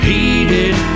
Heated